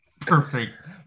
Perfect